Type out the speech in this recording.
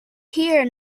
here